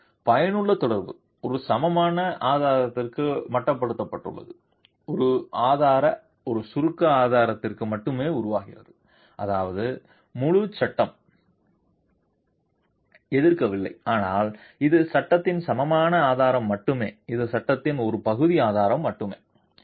தொடர்பு பயனுள்ள தொடர்பு ஒரு சமமான ஆதாரத்திற்கு மட்டுப்படுத்தப்பட்டுள்ளது ஒரு ஆதார ஒரு சுருக்க ஆதரத்திற்க்கு மட்டுமே உருவாகிறது அதாவது முழு சட்டம் எதிர்க்கவில்லை ஆனால் இது சட்டத்தின் சமமான ஆதாரம் மட்டுமே இது சட்டத்தின் ஒரு பகுதி ஆதாரம் மட்டுமே